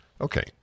Okay